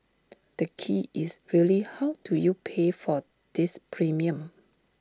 the key is really how do you pay for this premium